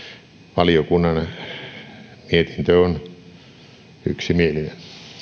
valiokunnan mietintö on yksimielinen